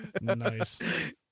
Nice